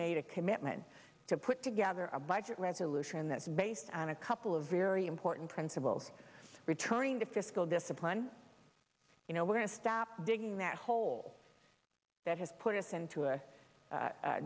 made a commitment to put together a budget resolution that's based on a couple of very important principles returning to fiscal discipline you know we're going to stop digging that hole that has put us into a